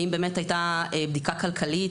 האם באמת היתה בדיקה כלכלית,